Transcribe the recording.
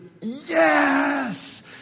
yes